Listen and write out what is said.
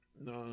No